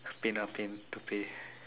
pain ah pain to pay